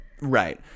Right